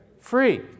Free